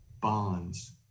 bonds